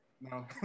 No